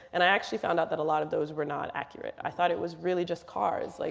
and i actually found out that a lot of those were not accurate. i thought it was really just cars. like